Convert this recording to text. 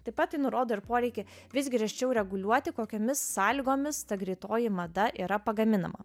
taip pat tai nurodo ir poreikį vis griežčiau reguliuoti kokiomis sąlygomis ta greitoji mada yra pagaminama